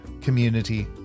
community